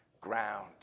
ground